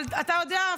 אבל אתה יודע,